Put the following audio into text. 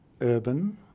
urban